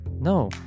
No